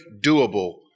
doable